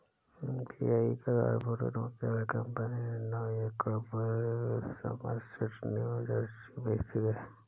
UPI का corporate मुख्यालय company के नौ एकड़ पर समरसेट न्यू जर्सी में स्थित है